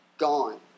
gone